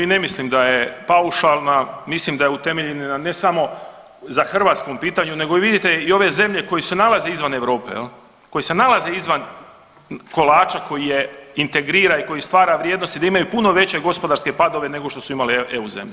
i ne mislim da je paušalna, mislim da je utemeljena ne samo za hrvatskom pitanju nego vidite i ove zemlje koje se nalaze izvan Europe jel, koje se nalaze izvan kolača koji je integrira i koji vrijednost i da imaju puno veće gospodarske padove nego što su imale EU zemlje.